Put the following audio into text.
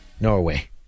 Norway